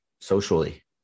socially